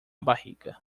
barriga